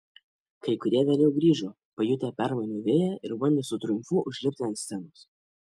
kai kurie vėliau grįžo pajutę permainų vėją ir bandė su triumfu užlipti ant scenos